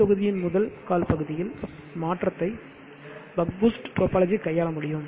தொகுதியின் முதல் கால் பகுதியில் மாற்றத்தை பக் பூஸ்ட் டோபாலஜி கையாள முடியும்